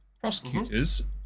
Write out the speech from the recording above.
prosecutors